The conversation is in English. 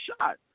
shot